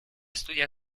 studia